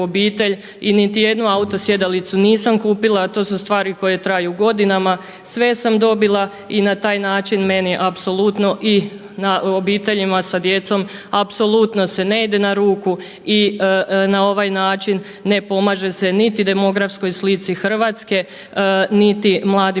i niti jednu auto sjedalicu nisam kupila, to su stvari koje traju godinama, sve sam dobila i na taj način meni apsolutno i obiteljima s djecom apsolutno se ne ide na ruku i na ovaj način ne pomaže se niti demografskoj slici Hrvatske niti mladim